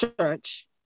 church